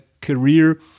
career